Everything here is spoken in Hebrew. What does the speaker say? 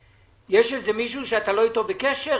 יש איזה מישהו שאתה לא איתו בקשר,